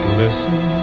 listen